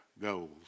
goals